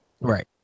Right